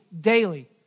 daily